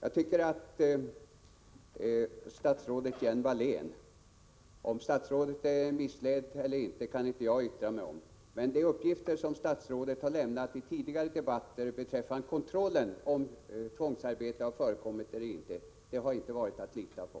Om statsrådet Lena Hjelm-Wallén är missledd eller inte kan jag inte yttra mig om, men de uppgifter hon lämnat vid tidigare debatter beträffande kontrollen av om tvångsarbete förekommer eller inte har inte varit att lita på.